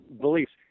beliefs